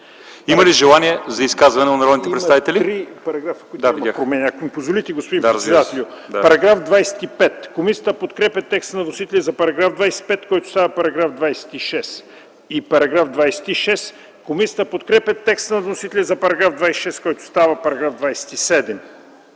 Има ли желания за изказвания от народните представители?